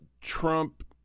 Trump